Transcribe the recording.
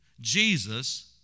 Jesus